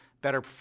better